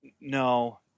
No